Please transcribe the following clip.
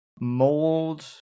mold